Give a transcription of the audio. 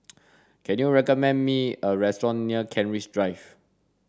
can you recommend me a restaurant near Kent Ridge Drive